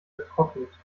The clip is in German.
vertrocknet